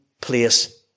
place